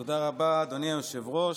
תודה רבה, אדוני היושב-ראש.